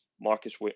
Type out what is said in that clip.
Marcus